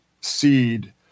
seed